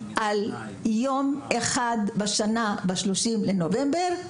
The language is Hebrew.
על יום אחד בשנה, ב-30 לנובמבר,